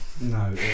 No